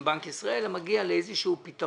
בנק ישראל אלא יגיע לאיזה שהוא פתרון,